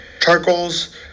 charcoals